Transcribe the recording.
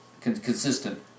consistent